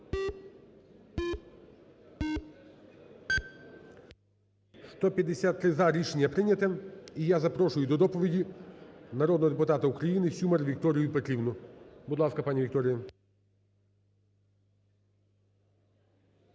За-153 Рішення прийняте. І я запрошую до доповіді народного депутата України Сюмар Вікторію Петрівну. Будь ласка, пані Вікторія.